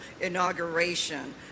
inauguration